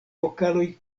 vokaloj